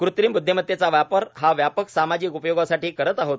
कृत्रिम ब्द्विमत्तेचा वापर हा व्यापक सामाजिक उपयोगासाठी करत आहोत